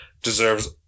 Deserves